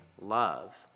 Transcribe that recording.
love